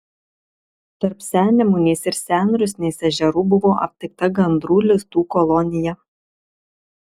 tarp sennemunės ir senrusnės ežerų buvo aptikta gandrų lizdų kolonija